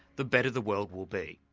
the better the world will be.